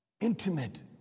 Intimate